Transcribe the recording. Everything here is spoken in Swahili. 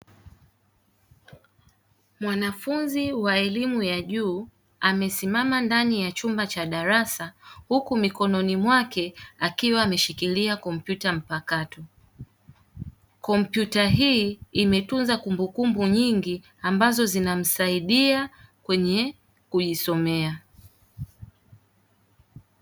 Mwanafunzi wa elimu ya juu amesimama ndani ya chumba cha darasa huku mikononi mwake akiwa ameshikilia kompyuta mpakato. Kompyuta hii imetunza kumbukumbu nyingi ambazo zinamsaidia kwenye kujisomea.